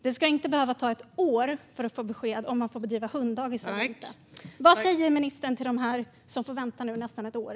Det ska inte behöva ta ett år att få besked om man får bedriva hunddagis eller inte. Vad säger ministern till dem som nu får vänta nästan ett år?